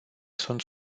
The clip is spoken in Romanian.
sunt